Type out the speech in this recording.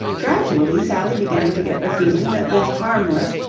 gradually, sally began to get the feeling that this harmless,